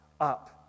up